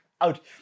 out